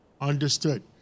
Understood